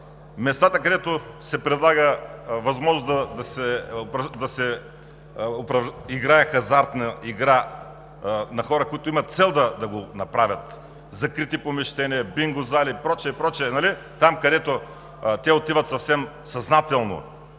местата, където се предлага възможност да се играе хазартна игра от хора, които имат за цел да го направят в закрити помещения – бинго зали и прочие, там, където те отиват съвсем съзнателно,